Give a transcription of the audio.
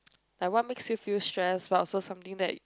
like what makes you feel stress but also something that